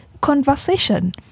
conversation